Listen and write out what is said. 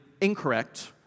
incorrect